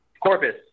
Corpus